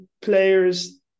players